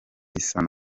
isano